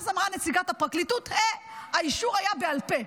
אז אמרה נציגת הפרקליטות: אה, האישור היה בעל פה.